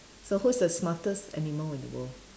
so who's the smartest animal in the world